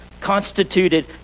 constituted